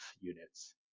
units